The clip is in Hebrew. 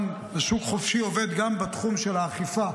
ושוק חופשי עובד גם בתחום של האכיפה.